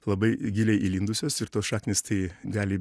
labai giliai įlindusios ir tos šaknys tai gali